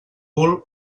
bull